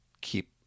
Keep